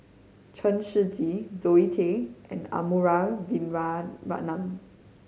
Chen Shiji Zoe Tay and Arumugam Vijiaratnam